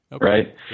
Right